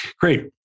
great